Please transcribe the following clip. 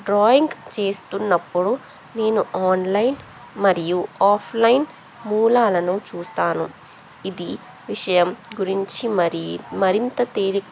drawing చేస్తున్నప్పుడు నేను online మరియు ఆఫ్లైన్ మూలాలను చూస్తాను ఇది విషయం గురించి మరి మరింత తేలి